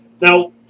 Now